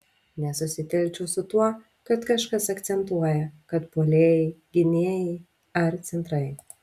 nesusitelkčiau su tuo kad kažkas akcentuoja kad puolėjai gynėjai ar centrai